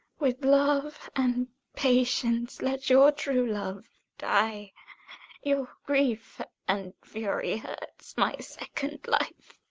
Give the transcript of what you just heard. with love and patience let your true love die your grief and fury hurts my second life.